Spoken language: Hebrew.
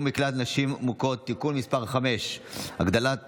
במקלט לנשים מוכות) (תיקון מס' 5) (הגדלת